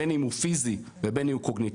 בין אם הוא פיזי ובין אם הוא קוגניטיבי.